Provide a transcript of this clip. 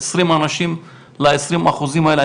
עשרים אנשים לעשרים האחוזים האלה?